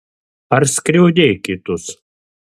ar skriaudei kitus